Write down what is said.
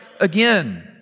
again